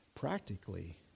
Practically